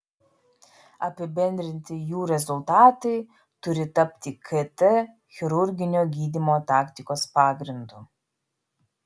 apibendrinti jų rezultatai turi tapti kt chirurginio gydymo taktikos pagrindu